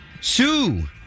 Sue